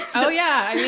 oh yeah.